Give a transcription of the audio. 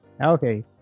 Okay